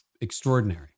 extraordinary